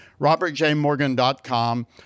robertjmorgan.com